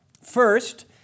First